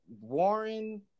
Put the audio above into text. Warren